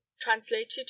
Translated